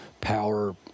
power